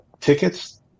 tickets